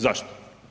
Zašto?